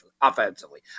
offensively